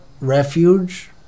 refuge